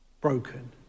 broken